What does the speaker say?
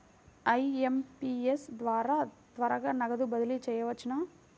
IMPS ద్వారా త్వరగా నగదు బదిలీ చేయవచ్చునా?